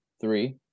three